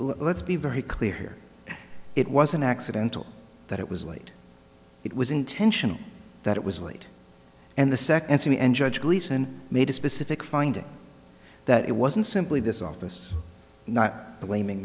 let's be very clear here it was an accidental that it was late it was intentional that it was late and the second see and judge gleason made a specific finding that it wasn't simply this office not blaming